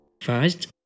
First